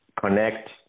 connect